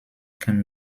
can